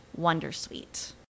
wondersuite